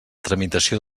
tramitació